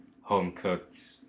home-cooked